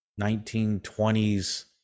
1920s